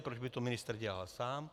Proč by to ministr dělal sám?